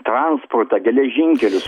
transportą geležinkelius